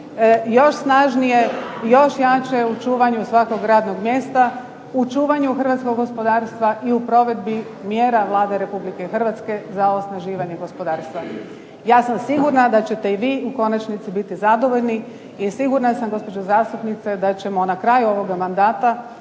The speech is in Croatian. još snažnije, još jače u čuvanju svakog radnog mjesta, u čuvanju hrvatskog gospodarstva i u provedbi mjera Vlade Republike Hrvatske za osnaživanje gospodarstva. Ja sam sigurna da ćete i vi u konačnici biti zadovoljni i sigurna sam gospođo zastupnice da ćemo na kraju ovoga mandata